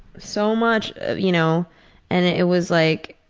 so much of you know and it was like